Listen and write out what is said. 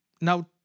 Now